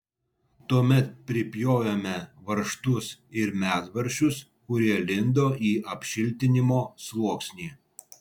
tuomet pripjovėme varžtus ir medvaržčius kurie lindo į apšiltinimo sluoksnį